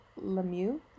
Lemieux